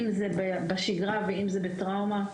אם זה בשגרה ואם זה בטראומה.